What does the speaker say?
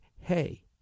hey